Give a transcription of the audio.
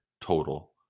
total